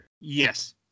Yes